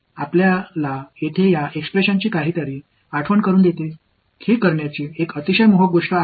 எனவே நான் அதைச் செய்தால் நான் பெறுவேன் இந்த விஷயம் இங்கே